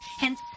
Hence